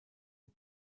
und